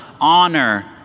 honor